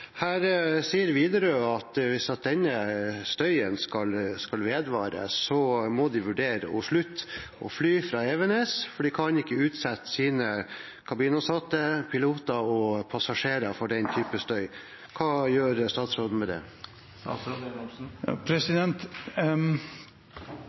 Her sier Widerøe at hvis denne støyen skal vedvare, må de vurdere å slutte å fly fra Evenes, for de kan ikke utsette sine kabinansatte, piloter og passasjerer for slik støy. Hva gjør statsråden med det?